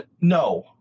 no